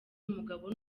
umugabo